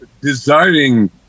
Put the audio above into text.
desiring